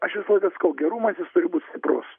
aš visą laiką sakau gerumas jis turi būt stiprus